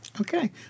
Okay